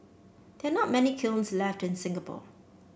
there are not many kilns left in Singapore